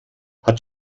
hat